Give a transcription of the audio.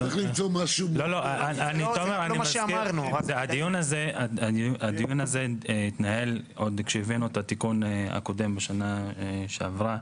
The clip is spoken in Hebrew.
הדיון הזה התנהל עוד כשהבאנו את התיקון הקודם בשנה שעברה,